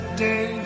day